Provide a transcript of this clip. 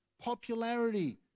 popularity